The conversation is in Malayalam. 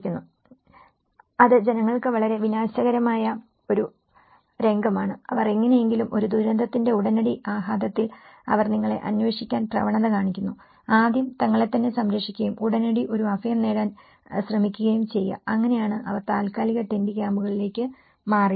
നിങ്ങൾക്കറിയാമോ അത് ജനങ്ങൾക്ക് വളരെ വിനാശകരമായ ഒരു രംഗമാണ് അവർ എങ്ങനെയെങ്കിലും ഒരു ദുരന്തത്തിന്റെ ഉടനടി ആഘാതത്തിൽ അവർ നിങ്ങളെ അന്വേഷിക്കാൻ പ്രവണത കാണിക്കുന്നു ആദ്യം തങ്ങളെത്തന്നെ സംരക്ഷിക്കുകയും ഉടനടി ഒരു അഭയം തേടാൻ ശ്രമിക്കുകയും ചെയ്യുക അങ്ങനെയാണ് അവർ താൽക്കാലിക ടെന്റ് ക്യാമ്പുകളിലേക്ക് മാറിയത്